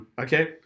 okay